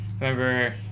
remember